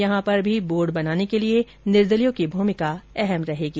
यहां पर भी बोर्ड बनाने के लिए निर्दलीयों की भूमिका अहम रहेगी